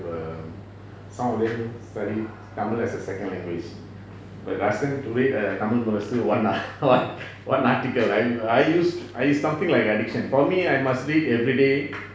um some of them studied tamil as a second language but ask them to read a tamil Murasu [one] ah one one article I used I used something like addiction for me I must read everyday